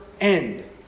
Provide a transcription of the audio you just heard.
end